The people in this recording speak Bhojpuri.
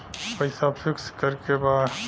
पैसा पिक्स करके बा?